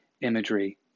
imagery